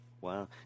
Wow